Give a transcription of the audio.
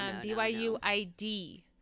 BYU-ID